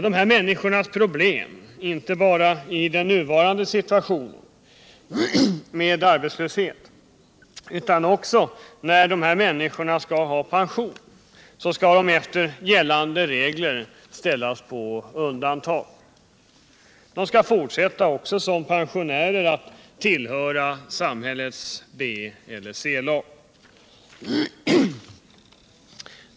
Dessa människor har problem inte bara i sin nuvarande situation med arbetslöshet; när de skall ha pension placeras de enligt gällande regler på undantag. Också som pensionärer skall de tillhöra samhällets B eller C lag.